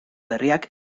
berriak